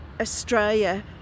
Australia